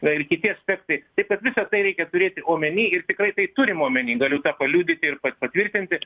na ir kiti aspektai taip kad visa tai reikia turėti omeny ir tikrai tai turim omeny galiu tą paliudyti ir patvirtinti